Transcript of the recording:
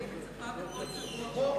אני מצפה בקוצר רוח שתגלה לנו.